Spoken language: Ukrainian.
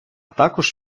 також